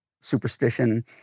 superstition